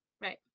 Right